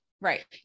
Right